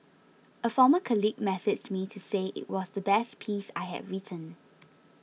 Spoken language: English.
a former colleague messaged me to say it was the best piece I had written